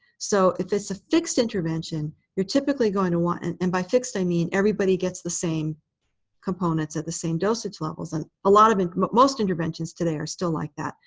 so if it's a fixed intervention, you're typically going to want and and by fixed, i mean everybody gets the same components at the same dosage levels. and a lot of most interventions today are still like that,